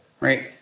right